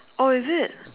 oh is it